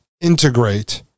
integrate